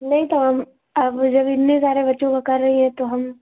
नहीं तो हम अब जब इतने सारे बच्चों का कर रही हैं तो हम